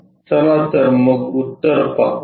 चला तर मग उत्तर पाहू